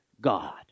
God